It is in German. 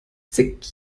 zig